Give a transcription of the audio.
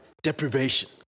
Deprivation